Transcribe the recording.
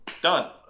done